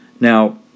Now